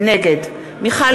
נגד מיכל